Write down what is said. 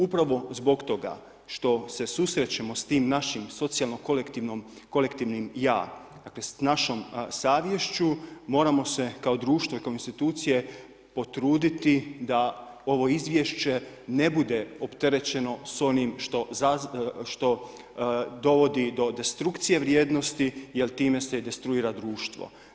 Upravo zbog toga što se susrećemo s tim našim socijalno-kolektivnim ja, dakle s našom savješću, moramo se kao društvo i kao institucije potruditi da ovo izvješće ne bude opterećeno s onim što dovodi do destrukcije vrijednosti jer time se destruira društvo.